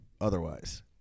otherwise